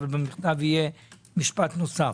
אבל יהיה בו משפט נוסף,